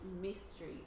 mystery